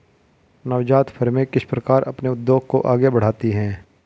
नवजात फ़र्में किस प्रकार अपने उद्योग को आगे बढ़ाती हैं?